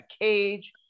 cage